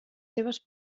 seves